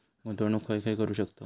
गुंतवणूक खय खय करू शकतव?